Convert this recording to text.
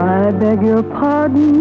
i beg your pardon